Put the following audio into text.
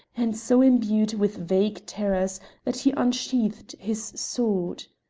and so imbued with vague terrors that he unsheathed his sword.